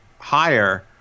higher